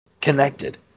connected